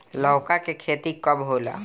लौका के खेती कब होला?